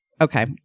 okay